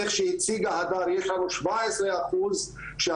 לפי מה שהציגה הדר יש לנו 17 אחוז ניתוחים חוזרים